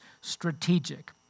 strategic